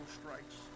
strikes